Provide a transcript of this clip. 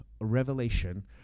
revelation